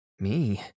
Me